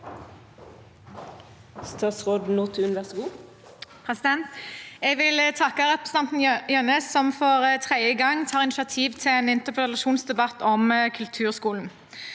Jeg vil tak- ke representanten Jønnes, som for tredje gang tar initiativ til en interpellasjonsdebatt om kulturskolen.